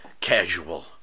Casual